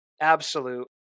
absolute